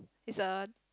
is a